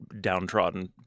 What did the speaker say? downtrodden